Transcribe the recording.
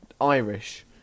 Irish